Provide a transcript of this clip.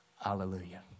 Hallelujah